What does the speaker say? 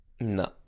no